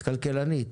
כלכלנית.